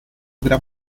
gran